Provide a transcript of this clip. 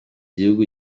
gihugu